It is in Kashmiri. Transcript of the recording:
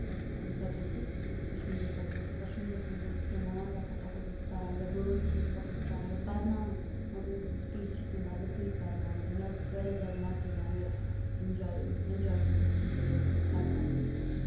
اَمہِ سَبجَکٹُک کَشمیٖری سَبجَکٹُک کَشمیٖرَس منٛز حظ اوس کیٚنٛہہ نعت آسان پَتہٕ حظ ٲسۍ پَران یا بٲتھ حظ اوس پَتہٕ حظ پَران یا پَرناوان منٛزٕ منٛزٕ حظ ٹیٖچرٕ سٕنٛدۍ بَدلہٕ بٕے پَرناوان تہٕ مےٚ حظ اوس واریاہ زیادٕ مَزٕ یِوان یہِ اینجا اینٛجاے مٮ۪نٛٹس منٛز ییٚلہِ حظ بہٕ یہِ پَرناوان ٲسٕس آسان